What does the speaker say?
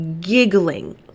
giggling